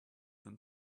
them